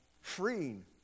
freeing